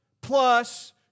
plus